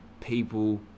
people